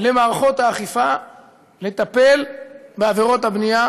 למערכות האכיפה לטפל בעבירות הבנייה